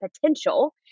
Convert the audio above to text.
potential